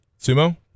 Sumo